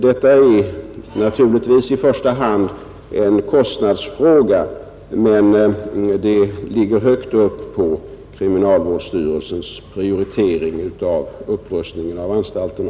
Detta är naturligtvis i första hand en kostnadsfråga, men det ligger högt uppe i kriminalvårdsstyrelsens prioritering i fråga om upprustningen av anstalterna.